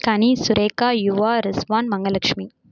Ghani Surekha Yuva Rizwan Mangalakshmi